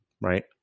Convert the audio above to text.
right